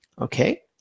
Okay